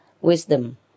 wisdom